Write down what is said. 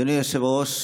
אדוני היושב-ראש,